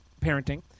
parenting